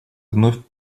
вновь